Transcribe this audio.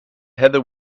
heather